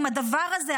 אם הדבר הזה,